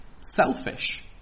selfish